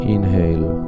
Inhale